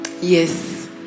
Yes